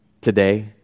today